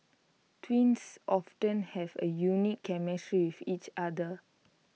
twins often have A unique chemistry with each other